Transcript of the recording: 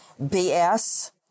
BS